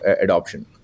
adoption